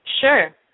Sure